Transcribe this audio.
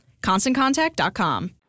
ConstantContact.com